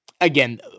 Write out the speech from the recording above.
again